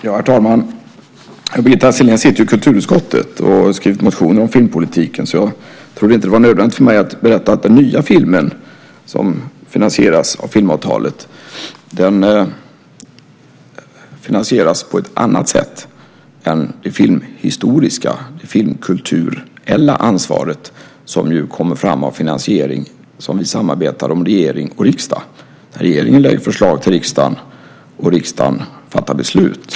Herr talman! Birgitta Sellén sitter ju i kulturutskottet och har skrivit motioner om filmpolitiken. Jag trodde därför inte att det var nödvändigt för mig att berätta att den nya film som finansieras av filmavtalet finansieras på ett annat sätt än det filmhistoriska och filmkulturella ansvaret, där ju finansieringen kommer fram i ett samarbete mellan regering och riksdag där regeringen lägger fram förslag till riksdagen och riksdagen fattar beslut.